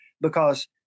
because-